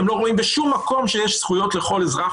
הם לא רואים בשום מקום שיש זכויות לכל אזרח